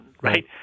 right